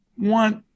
want